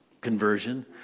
conversion